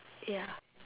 ya